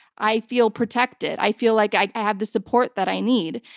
i feel protected. i feel like i have the support that i need.